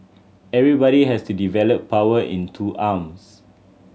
everybody has to develop power in two arms